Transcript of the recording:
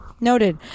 Noted